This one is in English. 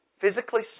physically